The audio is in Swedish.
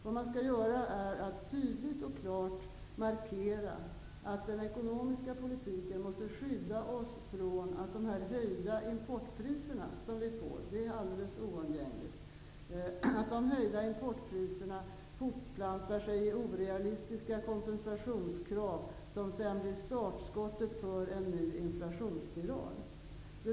Vad man skall göra är att tydligt och klart markera att den ekonomiska politiken måste skydda oss från att de höjda importpriser som vi får, det är alldeles oundgängligt, inte fortplantar sig i orealistiska kompensationskrav som sedan blir startskottet för en ny inflaionsspiral.